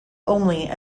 only